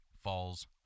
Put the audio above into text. Falls